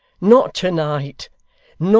not to-night!